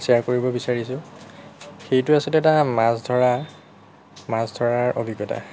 share কৰিব বিচাৰিছোঁ সেইটো আছিলে এটা মাছ ধৰাৰ মাছ ধৰাৰ অভিজ্ঞতা